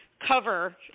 cover